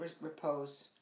repose